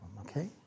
okay